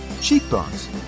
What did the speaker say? cheekbones